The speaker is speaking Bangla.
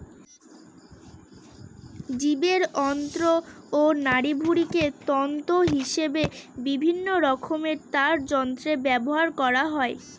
জীবের অন্ত্র ও নাড়িভুঁড়িকে তন্তু হিসেবে বিভিন্নরকমের তারযন্ত্রে ব্যবহার করা হয়